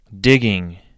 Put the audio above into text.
Digging